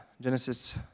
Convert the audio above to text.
Genesis